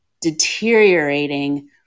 deteriorating